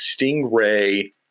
Stingray